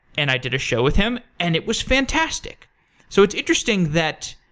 and i did a show with him, and it was fantastic so it's interesting that